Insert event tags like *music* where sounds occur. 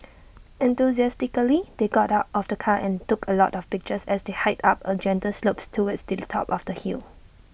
*noise* enthusiastically they got out of the car and took A lot of pictures as they hiked up A gentle slope towards the top of the hill